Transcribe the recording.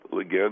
again